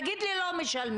תגיד לי לא משלמים,